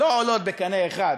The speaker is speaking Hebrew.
לא עולות בקנה אחד